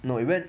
no you went